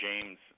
james